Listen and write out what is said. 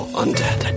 undead